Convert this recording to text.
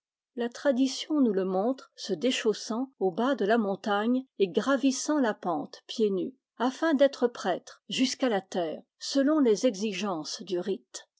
la tradition nous le montre se déchaussant au bas de la montagne et gravissant la pente pieds nus afin d'être prêtre jusqu'à la terre selon les exigences du rite